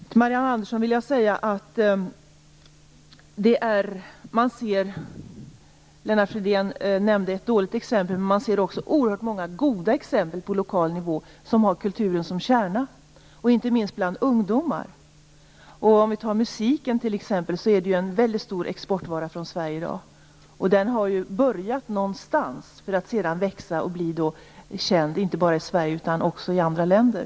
Lennart Fridén nämnde ett dåligt exempel, men, Marianne Andersson, man ser också på lokal nivå oerhört många goda exempel på verksamheter där kulturen är kärnan. Inte minst gäller det bland ungdomar. Musiken t.ex. är i dag en väldigt stor exportvara från Sverige. Musiken har ju börjat någonstans för att sedan växa och bli känd, inte bara i Sverige utan också i andra länder.